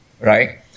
Right